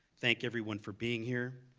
thank everyone for being here.